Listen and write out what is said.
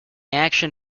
action